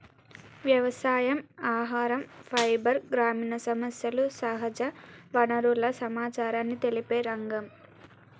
వ్యవసాయం, ఆహరం, ఫైబర్, గ్రామీణ సమస్యలు, సహజ వనరుల సమచారాన్ని తెలిపే రంగం